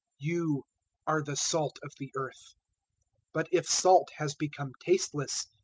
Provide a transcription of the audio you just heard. you are the salt of the earth but if salt has become tasteless,